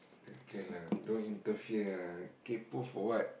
it's okay lah don't interfere ah kaypoh for what